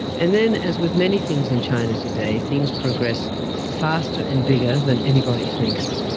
and then, as with many things in china today, things progress faster and bigger than anybody thinks,